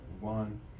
One